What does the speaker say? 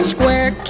Square